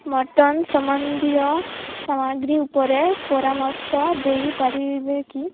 mutton ସମ୍ବନ୍ଧୀୟ ସାମଗ୍ରୀ ଉପରେ ପରାମର୍ଶ ଦେଇପାରିବେ କି